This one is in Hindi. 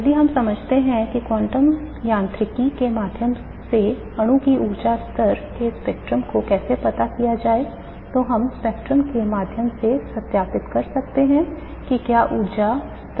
यदि हम समझते हैं कि क्वांटम यांत्रिकी के माध्यम से अणु के ऊर्जा स्तर के स्पेक्ट्रम को कैसे प्राप्त किया जाए तो हम स्पेक्ट्रम के माध्यम से सत्यापित कर सकते हैं कि क्या ऊर्जा स्तर के विवरण सही हैं